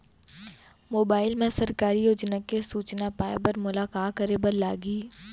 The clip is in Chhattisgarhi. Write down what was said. मोबाइल मा सरकारी योजना के सूचना पाए बर मोला का करे बर लागही